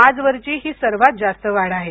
आजवरची ही सर्वात जास्त वाढ आहे